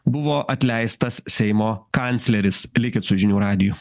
buvo atleistas seimo kancleris likit su žinių radiju